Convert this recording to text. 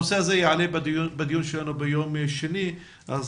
הנושא הזה יעלה בדיון שלנו ביום שני ואז